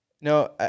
No